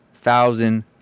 thousand